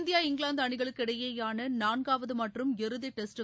India England அணிகளுக்கு இடையேயான நான்காவது மற்றும் இறுதி டெஸ்ட்